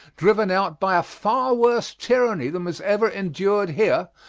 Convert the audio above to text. driven out by a far worse tyranny than was ever endured here,